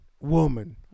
woman